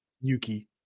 Yuki